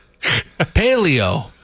paleo